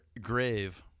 Grave